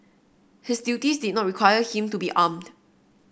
his duties did not require him to be armed